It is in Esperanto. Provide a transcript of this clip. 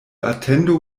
atendo